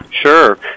Sure